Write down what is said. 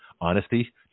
Honesty